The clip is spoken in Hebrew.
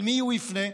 אל מי הוא יפנה?